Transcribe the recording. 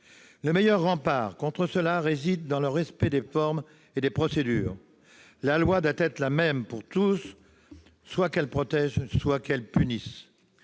Le meilleur rempart contre cela réside dans le respect des formes et des procédures. La loi doit être la même pour tous, soit qu'elle protège, soit qu'elle punisse.